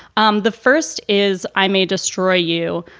um the first is i may destroy you,